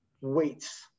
weights